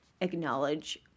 acknowledge